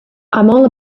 all